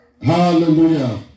hallelujah